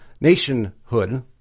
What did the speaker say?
nationhood